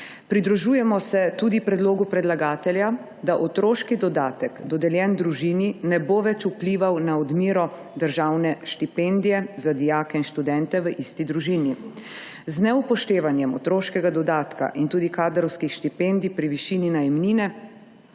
Pridružujemo se tudi predlogu predlagatelja, da otroški dodatek dodeljen družini, ne bo več vplival na odmero državne štipendije za dijake in študente v isti družini. Z neupoštevanjem otroškega dodatka in tudi kadrovskih štipendij pri višini najemnine,